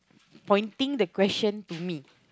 pointing the question to me